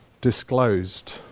disclosed